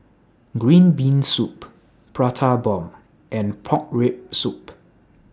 Green Bean Soup Prata Bomb and Pork Rib Soup